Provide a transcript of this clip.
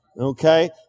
Okay